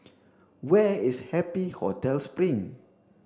Where is Happy Hotel Spring